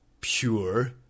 pure